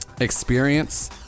experience